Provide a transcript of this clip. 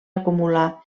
acumular